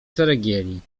ceregieli